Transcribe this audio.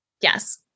Yes